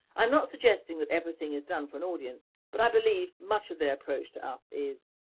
i am not suggesting that everything is done for an audience but i believe much of their approach to us is.